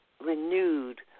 renewed